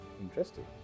Interesting